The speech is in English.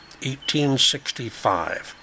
1865